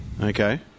Okay